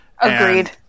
Agreed